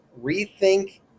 rethink